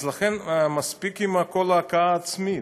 לכן, מספיק עם כל ההלקאה העצמית.